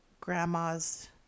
grandma's